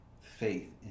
faith